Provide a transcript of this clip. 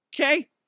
Okay